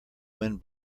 wind